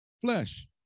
flesh